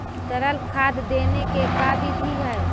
तरल खाद देने के का बिधि है?